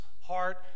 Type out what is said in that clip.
heart